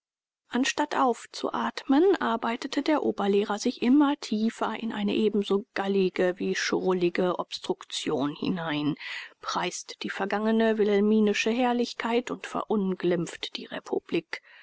anstatt aufzuatmen arbeitete der oberlehrer sich immer tiefer in eine ebenso gallige wie schrullige obstruktion hinein preist die vergangene wilhelminische herrlichkeit und verunglimpft die republik